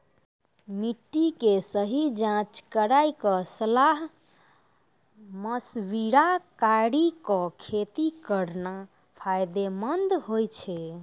मिट्टी के सही जांच कराय क सलाह मशविरा कारी कॅ खेती करना फायदेमंद होय छै